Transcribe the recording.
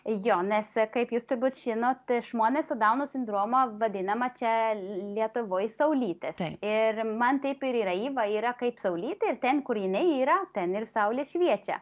jo nes kaip jūs turbūt žinot žmonės su dauno sindroma vadinama čia lietuvoje saulyte ir man taip ir yra iva yra kaip saulytė ir ten kur jinai yra ten ir saulė šviečia